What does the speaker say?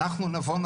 אנחנו נבוא,